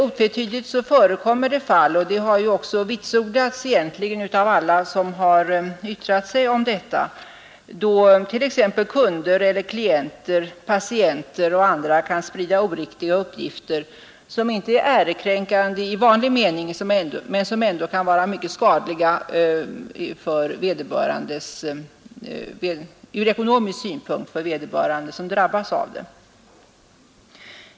Otvetydigt kan dock sägas att det förekommer fall, vilket även vitsordats av alla som yttrat sig om denna sak, då t.ex. kunder, klienter, patienter och andra sprider oriktiga uppgifter, som inte är ärekränkande i vanlig mening men som ändå från ekonomisk synpunkt kan vara skadliga för dem som drabbas därav.